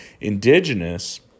Indigenous